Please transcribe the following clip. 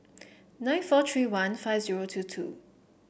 nine four three one five zero two two